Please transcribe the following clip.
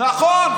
נכון.